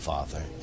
Father